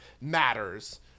matters